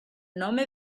nome